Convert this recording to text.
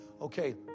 Okay